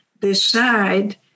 decide